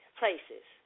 places